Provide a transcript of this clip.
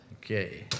Okay